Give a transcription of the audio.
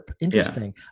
Interesting